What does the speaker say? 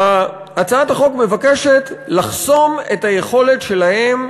הצעת החוק מבקשת לחסום את היכולת שלהם